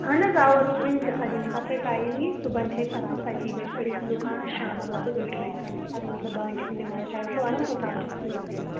اَہن حظ اَوا کُنہِ تہِ سات ییٚمہِ سات تۄہہِ ٹایم یی صُبحَن چھِ أسۍ آسان سَتی بجہِ پٮ۪ٹھ ییٚتھٮ۪ن دُکانس شامس لگ بگ ٲٹھِ بَج تام ییٚمہِ سات مطلب بانٛگہِ ہُنٛد نٮ۪ماز ٹایِم چھُ واتن توٚتام چھُ آسان ییٚتھی